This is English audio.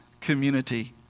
community